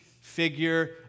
figure